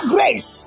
Grace